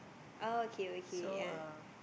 oh okay okay yea